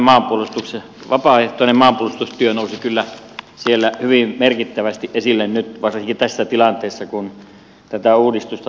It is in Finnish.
tämä vapaaehtoinen maanpuolustustyö nousi kyllä siellä hyvin merkittävästi esille nyt varsinkin tässä tilanteessa kun tätä uudistusta tehdään